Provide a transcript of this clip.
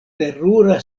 terura